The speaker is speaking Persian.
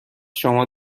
شما